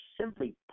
simply